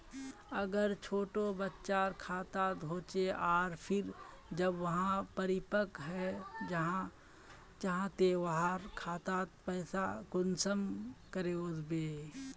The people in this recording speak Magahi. अगर छोटो बच्चार खाता होचे आर फिर जब वहाँ परिपक है जहा ते वहार खातात पैसा कुंसम करे वस्बे?